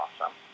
awesome